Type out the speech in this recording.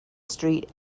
street